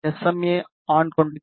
ஏ ஆண் கொண்ட கேபிள்கள்